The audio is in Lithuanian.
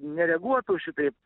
nereaguotų šitaip